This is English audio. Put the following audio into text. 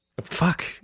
Fuck